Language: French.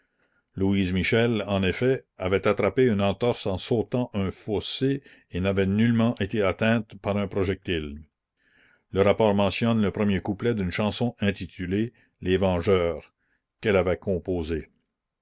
louise michel en effet avait attrapé une entorse en sautant un fossé et n'avait nullement été atteinte par un projectile le rapport mentionne le premier couplet d'une chanson intitulée les vengeurs qu'elle avait composée